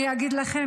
אני אגיד לכם,